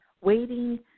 waiting